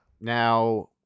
Now